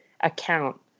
account